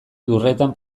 lurretan